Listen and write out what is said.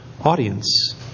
audience